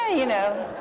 ah you know